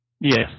Yes